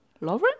lauren